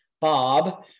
Bob